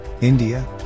India